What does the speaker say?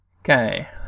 okay